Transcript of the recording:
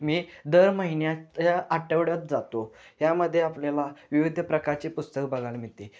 मी दर महिन्याच्या आठवड्यात जातो यामध्ये आपल्याला विविध प्रकारचे पुस्तक बघायला मिळते